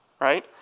right